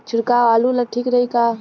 छिड़काव आलू ला ठीक रही का?